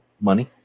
money